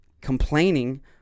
Complaining